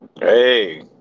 Hey